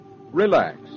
Relax